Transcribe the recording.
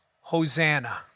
Hosanna